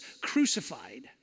crucified